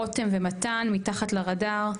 ומתן, "מתחת לרדאר".